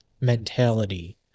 mentality